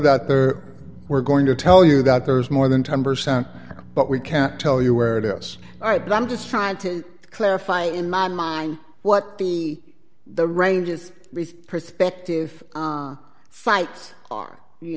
are we're going to tell you that there's more than ten percent but we can't tell you where it is right but i'm just trying to clarify in my mind what the the range is perspective fights are you